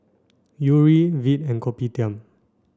Yuri Veet and Kopitiam